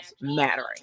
mattering